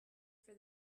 for